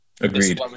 Agreed